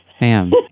Ma'am